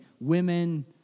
women